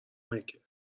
مکه